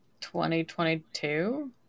2022